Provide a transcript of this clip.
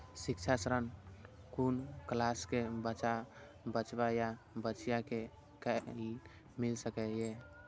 शिक्षा ऋण कुन क्लास कै बचवा या बचिया कै मिल सके यै?